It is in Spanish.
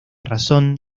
razón